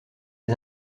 des